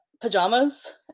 pajamas